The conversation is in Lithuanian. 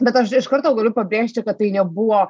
bet aš iš karto galiu pabrėžti kad tai nebuvo